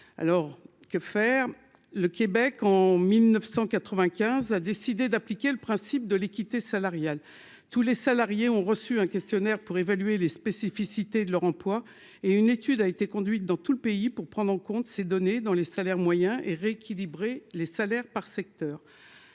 alors que faire le Québec en 1995 a décidé d'appliquer le principe de l'équité salariale tous les salariés ont reçu un questionnaire pour évaluer les spécificités de leur emploi et une étude a été conduite dans tout le pays pour prendre en compte ces données dans les salaires moyens et rééquilibrer les salaires par secteur,